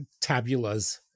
tabulas